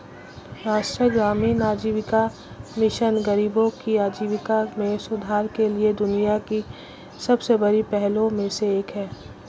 राष्ट्रीय ग्रामीण आजीविका मिशन गरीबों की आजीविका में सुधार के लिए दुनिया की सबसे बड़ी पहलों में से एक है